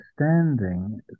understanding